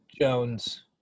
Jones